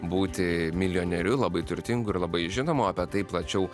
būti milijonieriu labai turtingu ir labai žinomu apie tai plačiau